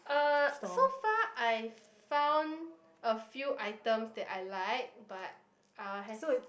uh so far I found a few items that I like but I have